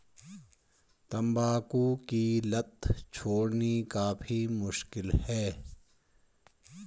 तंबाकू की लत छोड़नी काफी मुश्किल है